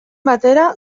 batera